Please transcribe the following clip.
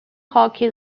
hockey